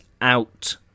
out